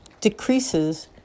decreases